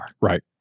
Right